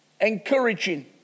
encouraging